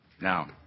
Now